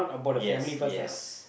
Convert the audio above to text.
yes yes